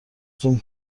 زوم